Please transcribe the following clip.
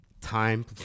time